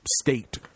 state